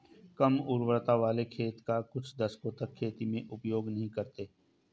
कम उर्वरता वाले खेत का कुछ दशकों तक खेती में उपयोग नहीं करते हैं